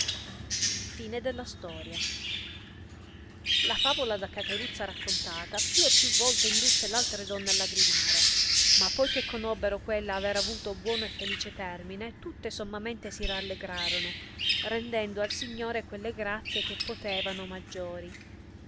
constituì la favola da cateruzza raccontata più e più volte indusse altre donne a lagrimare ma poi che conobbero quella aver avuto buono e felice termine tutte sommamente si rallegrorono rendendo al signore quelle grazie che potevano maggiori